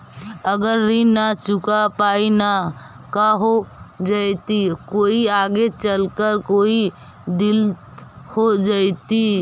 अगर ऋण न चुका पाई न का हो जयती, कोई आगे चलकर कोई दिलत हो जयती?